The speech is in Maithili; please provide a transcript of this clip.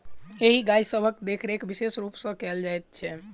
एहि गाय सभक देखरेख विशेष रूप सॅ कयल जाइत छै